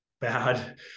bad